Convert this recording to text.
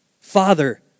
Father